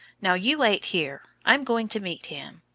now you wait here i'm going to meet him.